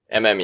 mme